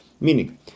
meaning